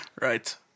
Right